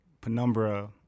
Penumbra